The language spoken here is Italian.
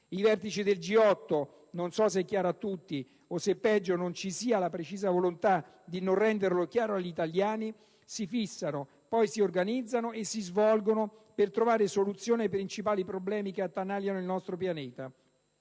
I vertici del G8 - non so se è chiaro a tutti o se, peggio, non ci sia la precisa volontà di non renderlo chiaro agli italiani - si fissano, poi si organizzano e si svolgono per trovare soluzione ai principali problemi che attanagliano il nostro pianeta.